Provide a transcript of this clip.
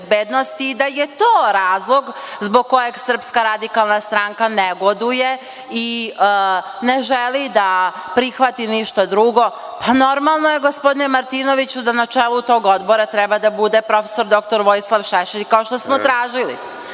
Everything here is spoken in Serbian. da je to razlog zbog kojeg SRS negoduje i ne želi da prihvati ništa drugo. Normalno je, gospodine Martinoviću, da na čelu tog odbora treba da bude prof. dr Vojislav Šešelj, kao što smo tražili.